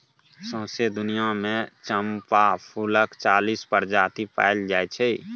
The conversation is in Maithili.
सौंसे दुनियाँ मे चंपा फुलक चालीस प्रजाति पाएल जाइ छै